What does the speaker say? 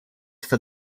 for